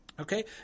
Okay